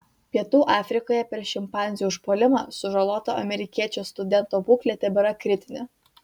pietų afrikoje per šimpanzių užpuolimą sužaloto amerikiečio studento būklė tebėra kritinė